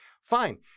fine